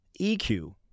EQ